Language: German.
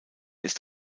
ist